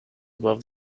above